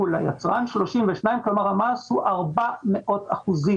הוא ליצרן 32. כלומר, המס הוא 400 אחוזים.